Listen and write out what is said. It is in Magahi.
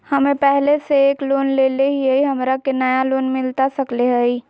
हमे पहले से एक लोन लेले हियई, हमरा के नया लोन मिलता सकले हई?